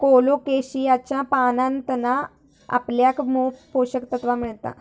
कोलोकेशियाच्या पानांतना आपल्याक मोप पोषक तत्त्वा मिळतत